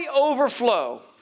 overflow